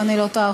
אם אני לא טועה,